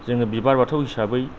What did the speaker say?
जोङो बिबार बाथौ हिसाबै